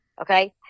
Okay